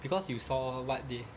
because you saw what they